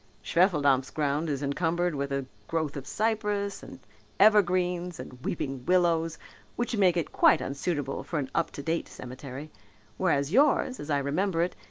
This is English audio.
schwefeldampf's ground is encumbered with a growth of cypress and evergreens and weeping willows which make it quite unsuitable for an up-to-date cemetery whereas yours, as i remember it,